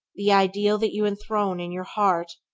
the ideal that you enthrone in your heart